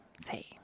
say